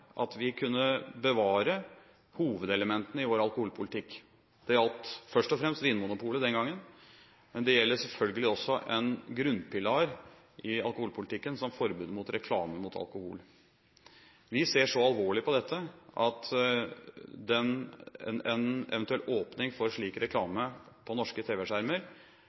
at vi kunne bevare hovedelementene i vår alkoholpolitikk. Det gjaldt først og fremst Vinmonopolet, den gangen, men det gjaldt selvfølgelig en grunnpilar i alkoholpolitikken, som forbudet mot reklame for alkohol. Vi ser så alvorlig på dette at en eventuell åpning for slik reklame på norske